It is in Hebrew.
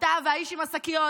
אתה והאיש עם השקיות,